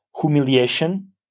humiliation